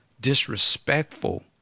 disrespectful